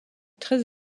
très